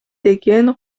деген